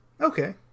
Okay